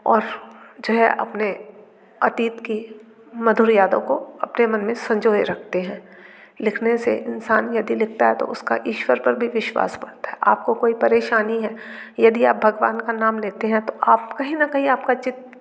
और जो है अपने अतीत की मधुर यादों को अपने मन में सँजोए रखते हैं लिखने से इंसान यदि लिखता है तो उसका ईश्वर पर भी विश्वास बढ़ता है आपको कोई परेशानी है यदि आप भगवान का नाम लेते हैं तो आप कहीं ना कहीं आपका चित